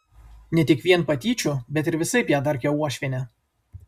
ne tik vien patyčių bet ir visaip ją darkė uošvienė